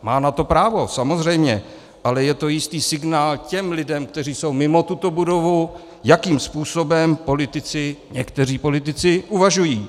Má na to právo, samozřejmě, ale je to jistý signál těm lidem, kteří jsou mimo tuto budovu, jakým způsobem někteří politici uvažují.